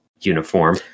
uniform